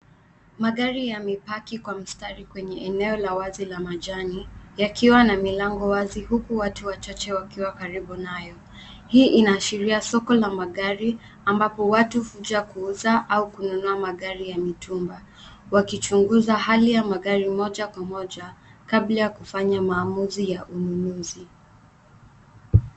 Magari yamepaki kwa mstari kwenye eneo la wazi la majani yakiwa na milango wazi huku watu wachache wakiwa karibu nayo. Hii inaashiria soko la magari ambapo watu huja kuuza na kununua magari ya mitumba wakichunguza hali ya magari moja kwa moja kabla ya kufanya maamuzi ya ununuzi.